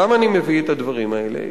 למה אני מביא את הדברים האלה?